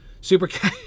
super